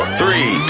three